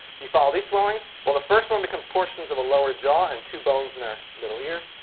you follow these swellings. well, the first one becomes portions of a lower jaw and two bones in our middle ear.